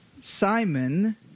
Simon